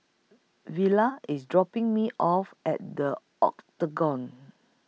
Villa IS dropping Me off At The Octagon